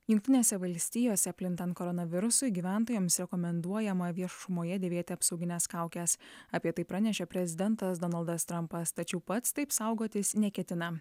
jungtinėse valstijose plintant koronavirusui gyventojams rekomenduojama viešumoje dėvėti apsaugines kaukes apie tai pranešė prezidentas donaldas trampas tačiau pats taip saugotis neketina